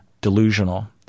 delusional